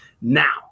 Now